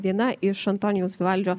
viena iš antonijaus vivaldžio